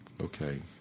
Okay